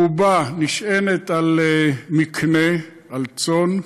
רובה נשענת על מקנה, על צאן,